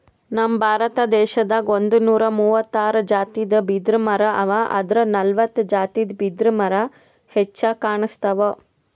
ನಮ್ ಭಾರತ ದೇಶದಾಗ್ ಒಂದ್ನೂರಾ ಮೂವತ್ತಾರ್ ಜಾತಿದ್ ಬಿದಿರಮರಾ ಅವಾ ಆದ್ರ್ ನಲ್ವತ್ತ್ ಜಾತಿದ್ ಬಿದಿರ್ಮರಾ ಹೆಚ್ಚಾಗ್ ಕಾಣ್ಸ್ತವ್